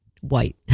White